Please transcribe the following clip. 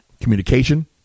communication